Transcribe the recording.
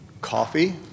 coffee